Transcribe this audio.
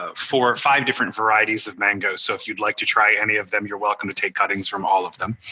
ah four, five different varieties of mangoes so if you'd like to try any of them you're welcome to take cuttings from all of them.